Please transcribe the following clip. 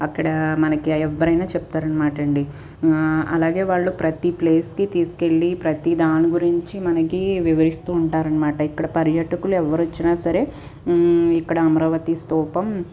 అక్కడ మనకి ఎవ్వరైనా చెప్తారు అనమాటండి అలాగే వాళ్ళు ప్రతి ప్లేస్కి తీసుకెళ్లి ప్రతి దాని గురించి మనకి వివరిస్తూ ఉంటారు అనమాట ఇక్కడ పర్యాటకులు ఎవరు వచ్చినా సరే ఇక్కడ అమరావతి స్థూపం